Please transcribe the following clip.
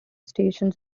stations